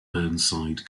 burnside